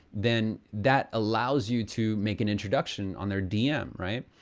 then that allows you to make an introduction on their dm, right?